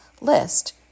list